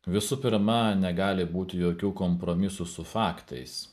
visų pirma negali būti jokių kompromisų su faktais